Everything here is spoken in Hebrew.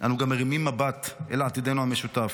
אנו גם מרימים מבט אל עתידנו המשותף.